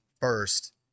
first